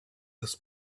this